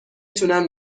تونم